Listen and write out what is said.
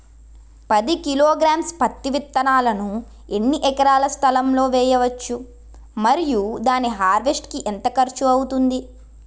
పది కిలోగ్రామ్స్ పత్తి విత్తనాలను ఎన్ని ఎకరాల స్థలం లొ వేయవచ్చు? మరియు దాని హార్వెస్ట్ కి ఎంత ఖర్చు అవుతుంది?